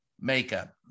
makeup